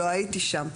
לא הייתי שם,